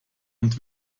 und